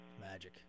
Magic